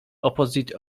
opposite